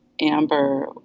Amber